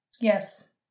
Yes